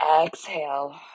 exhale